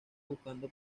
buscando